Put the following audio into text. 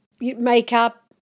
makeup